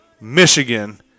Michigan